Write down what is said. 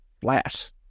flat